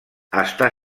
està